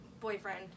boyfriend